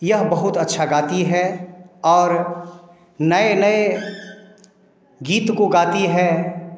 यह बहुत अच्छा गाती है और नए नए गीत को गाती है